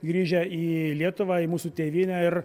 grįžę į lietuvą į mūsų tėvynę ir